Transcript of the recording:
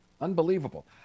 unbelievable